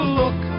look